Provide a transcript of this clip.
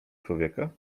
człowieka